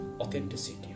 authenticity